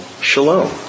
shalom